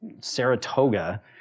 Saratoga